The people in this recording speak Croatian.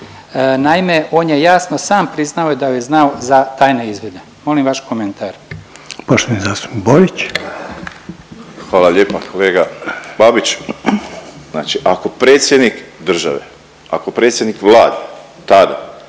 Naime, on je jasno sam priznao da je znao za tajne izvide. Molim vaš komentar. **Reiner, Željko (HDZ)** Poštovani zastupnik Borić. **Borić, Josip (HDZ)** Hvala lijepa kolega Babić. Znači ako predsjednik države, ako predsjednik vlade tada